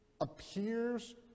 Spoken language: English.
appears